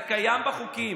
זה קיים בחוקים.